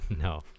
No